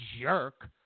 jerk